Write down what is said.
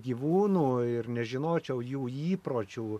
gyvūno ir nežinočiau jų įpročių